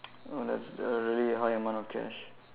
oh that's really high amount of cash